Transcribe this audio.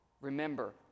Remember